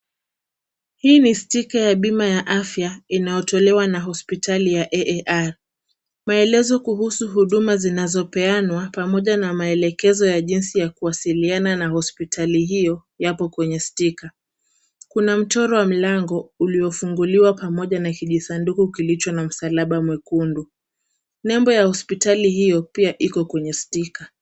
Hii ni stika ya bima ya afya inayotolewa na hospitali ya AAR.Maelezo kuhusu huduma zinazopeanwa pamoja na maelekezo ya jinsi ya kuwasiliana na hospitali hiyo yako kwenye stika. Kuna mchoro wa mlango uliofunguliwa pamoja na kijisanduku kilicho na msalaba mwekundu. Nembo ya hospitali hiyo pia iko kwenye stika.